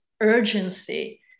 urgency